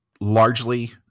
largely